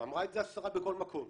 ואמרה את זה השרה בכל מקום: